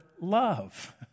love